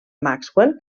maxwell